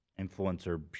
influencer